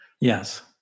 Yes